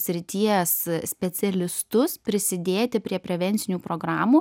srities specialistus prisidėti prie prevencinių programų